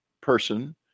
person